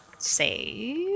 Save